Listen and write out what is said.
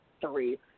three